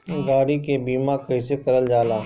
गाड़ी के बीमा कईसे करल जाला?